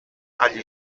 agli